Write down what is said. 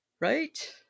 Right